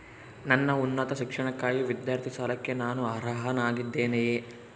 ನನ್ನ ಉನ್ನತ ಶಿಕ್ಷಣಕ್ಕಾಗಿ ವಿದ್ಯಾರ್ಥಿ ಸಾಲಕ್ಕೆ ನಾನು ಅರ್ಹನಾಗಿದ್ದೇನೆಯೇ?